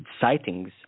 sightings